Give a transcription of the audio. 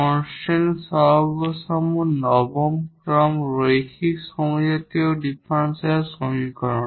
constant coefficient সহ নবম order linear homogeneous differential সমীকরণ